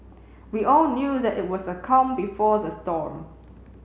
we all knew that it was the calm before the storm